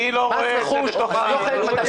אני אתנגד.